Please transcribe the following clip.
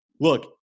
Look